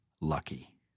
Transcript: lucky